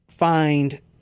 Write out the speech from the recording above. find